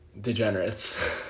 degenerates